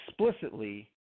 explicitly